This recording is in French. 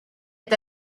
est